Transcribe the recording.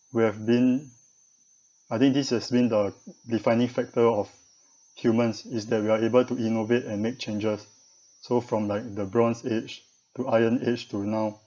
we have been I think this has been the defining factor of humans is that we're able to innovate and make changes so from like the bronze age to iron age to now